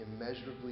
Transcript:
immeasurably